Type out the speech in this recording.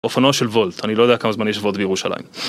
אופנו של וולט, אני לא יודע כמה זמן יש וולט בירושלים.